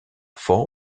fort